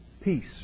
peace